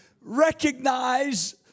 recognize